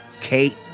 Kate